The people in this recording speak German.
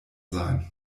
sein